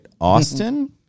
Austin